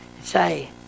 say